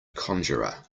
conjurer